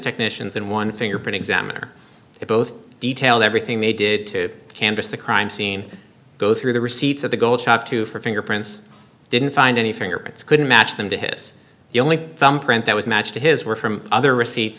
technicians and one fingerprint examiner they both detailed everything they did to canvass the crime scene go through the receipts at the gold shop to for fingerprints didn't find any fingerprints couldn't match them to his the only thumb print that was matched to his were from other receipts